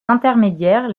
intermédiaires